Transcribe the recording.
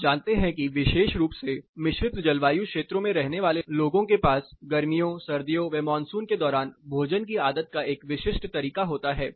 आप जानते हैं कि विशेष रूप से मिश्रित जलवायु क्षेत्रों में रहने वाले लोगों के पास गर्मियों सर्दियों व मानसून के दौरान भोजन की आदत का एक विशिष्ट तरीका होता है